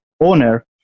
owner